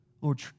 Lord